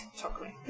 chocolate